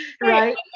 Right